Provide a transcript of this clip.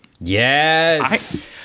Yes